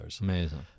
Amazing